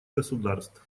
государств